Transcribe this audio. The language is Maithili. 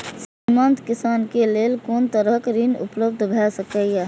सीमांत किसान के लेल कोन तरहक ऋण उपलब्ध भ सकेया?